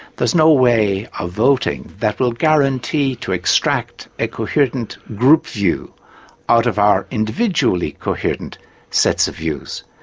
there's no way of voting that will guarantee to extract a coherent group view out of our individually coherent sets of views.